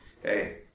hey